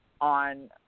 on